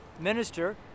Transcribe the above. minister